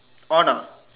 on ah